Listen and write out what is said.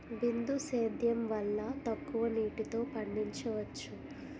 బిందు సేద్యం వల్ల తక్కువ నీటితో పండించవచ్చు